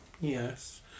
yes